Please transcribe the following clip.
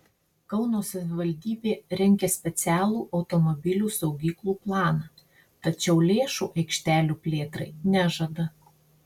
kauno savivaldybė rengia specialų automobilių saugyklų planą tačiau lėšų aikštelių plėtrai nežada